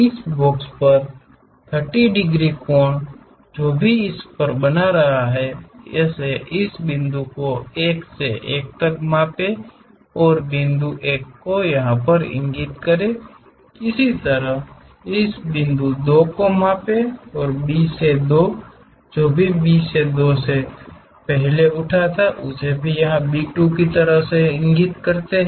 इस बॉक्स पर 30 डिग्री कोण जो भी इसे बना रहा है इस बिंदु को 1 C से 1 तक मापें और उस बिंदु 1 को इंगित करे इसी तरह इस 2 बिंदु को मापें B से 2 जो भी B से 2 बिंदु पहले थे उसको B 2 बिंदु तक इंगित करते हैं